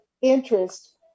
interest